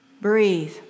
Breathe